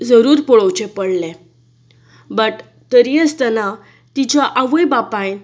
जरूर पळोवचें पडलें बट तरीय आसतना तिच्या आवय बापायन